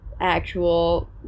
actual